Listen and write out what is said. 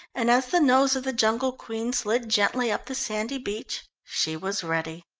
and as the nose of the jungle queen slid gently up the sandy beach she was ready.